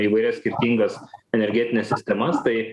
įvairias skirtingas energetines sistemas tai